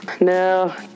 no